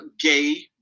gay